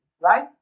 right